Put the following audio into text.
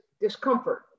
discomfort